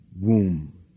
womb